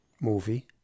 movie